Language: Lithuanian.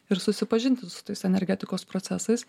ir susipažinti su tais energetikos procesais